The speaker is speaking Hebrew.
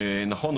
נכון,